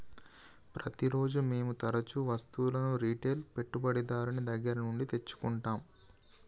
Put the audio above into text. ప్రతిరోజూ మేము తరుచూ వస్తువులను రిటైల్ పెట్టుబడిదారుని దగ్గర నుండి తెచ్చుకుంటం